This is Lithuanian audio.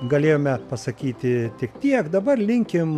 galėjome pasakyti tik tiek dabar linkim